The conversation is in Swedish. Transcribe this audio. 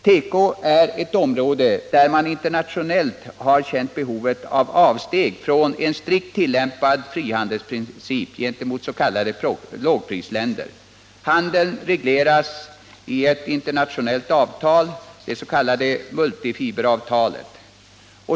Teko är ett område där man internationellt har erkänt behovet av avsteg från en strikt tillämpad frihandelsprincip gentemot s.k. lågprisländer. Handeln regleras i ett internationellt avtal —det s.k. multifiberavtalet.